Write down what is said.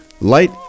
Light